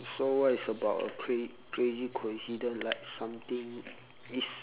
so what is about a cra~ crazy coincidence like something it's